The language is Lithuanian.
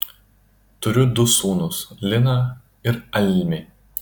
turiu du sūnus liną ir almį